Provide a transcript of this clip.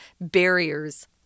barriers